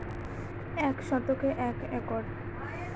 কত শতকে এক একর?